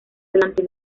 delante